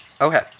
Okay